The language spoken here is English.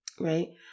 right